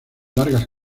largas